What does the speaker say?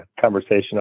conversation